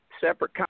separate